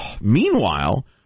Meanwhile